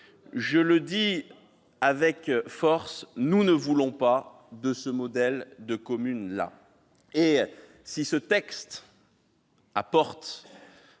Je le dis avec force, nous ne voulons pas de ce modèle de commune-là ! L'intérêt et les apports